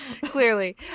clearly